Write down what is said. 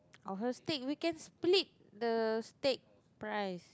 or her steak we can split the steak price